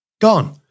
gone